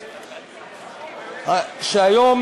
היום,